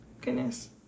goodness